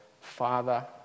father